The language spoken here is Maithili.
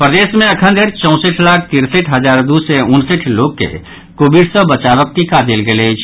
प्रदेश मे एखन धरि चौंसठ लाख तिरसठि हजार दू सय उनसठि लोक के कोविड सँ बचावक टीका देल गेल अछि